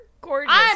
gorgeous